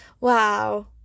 Wow